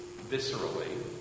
viscerally